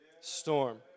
storm